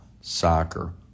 soccer